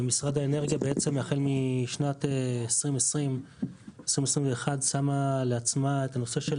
משרד האנרגיה בעצם החל משנת 2021 שם לעצמו את הנושא של